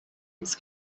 its